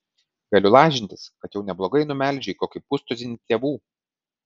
galiu lažintis kad jau neblogai numelžei kokį pustuzinį tėvų